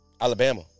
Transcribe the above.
Alabama